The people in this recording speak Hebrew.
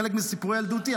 חלק מסיפורי ילדותי,